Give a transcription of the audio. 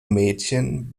mädchen